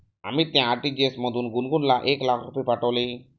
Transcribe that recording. अमितने आर.टी.जी.एस मधून गुणगुनला एक लाख रुपये पाठविले